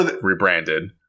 rebranded